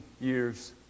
years